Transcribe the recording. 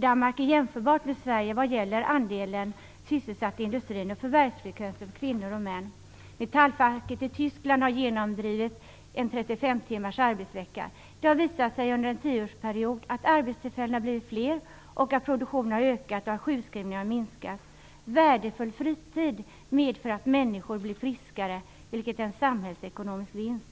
Danmark är jämförbart med Sverige vad gäller andelen sysselsatta i industrin och förvärvsfrekvensen för kvinnor och män. Metallfacket i Tyskland har genomdrivit 35 timmars arbetsvecka. Det har visat sig under en tioårsperiod att arbetstillfällena har blivit fler, att produktionen har ökat och att sjukskrivningarna har minskat. Värdefull fritid medför att människor blir friskare, vilket är en samhällsekonomisk vinst.